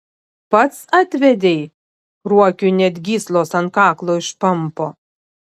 pats atvedei ruokiui net gyslos ant kaklo išpampo